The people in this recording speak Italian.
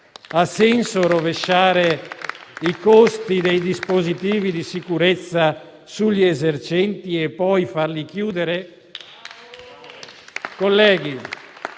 chiusa o rovesciare i costi dei dispositivi di sicurezza sugli esercenti e poi farli chiudere?